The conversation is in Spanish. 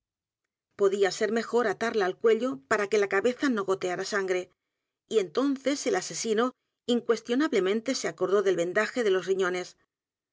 podía ser mejor atarla al cuello para que la cabeza no goteara s a n g r e y entonces el asesino incuestionablemente se acordó del vendaje de los ríñones